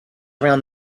around